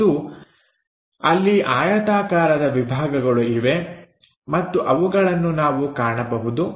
ಮತ್ತು ಅಲ್ಲಿ ಆಯತಾಕಾರದ ವಿಭಾಗಗಳು ಇವೆ ಮತ್ತು ಅವುಗಳನ್ನು ನಾವು ಕಾಣಬಹುದು